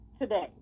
today